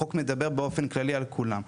החוק מדבר באופן כללי על כולם.